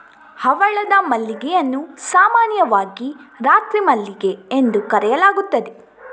ಹವಳದ ಮಲ್ಲಿಗೆಯನ್ನು ಸಾಮಾನ್ಯವಾಗಿ ರಾತ್ರಿ ಮಲ್ಲಿಗೆ ಎಂದು ಕರೆಯಲಾಗುತ್ತದೆ